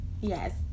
yes